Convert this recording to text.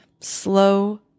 slow